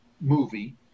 movie